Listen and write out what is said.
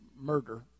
murder